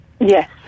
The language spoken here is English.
Yes